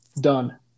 done